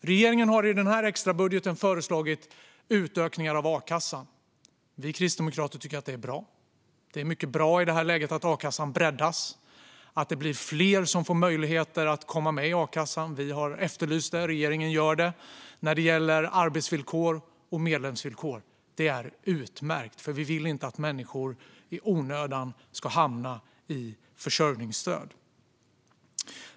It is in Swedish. Regeringen har i extrabudgeten föreslagit utökningar av a-kassan. Vi kristdemokrater tycker att det är bra. Det är mycket bra i detta läge att akassan breddas så att fler får möjlighet att komma med i a-kassan. Vi har efterlyst detta, och regeringen gör det när det gäller arbetsvillkor och medlemsvillkor. Det är utmärkt, för vi vill inte att människor i onödan ska hamna i försörjningsstöd.